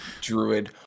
Druid